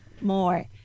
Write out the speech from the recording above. more